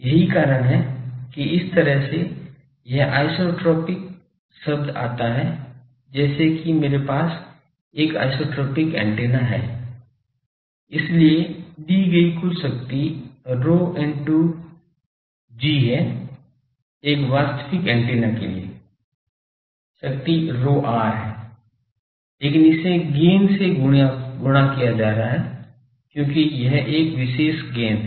यही कारण है कि इस तरह से यह आइसोट्रोपिक शब्द आता है जैसे कि मेरे पास एक आइसोट्रोपिक ऐन्टेना है इसलिए दी गई कुल शक्ति Pr into G है एक वास्तविक ऐन्टेना के लिए शक्ति Pr है लेकिन इसे गैन से गुणा किया जा रहा है क्योंकि यह एक विशेष गैन है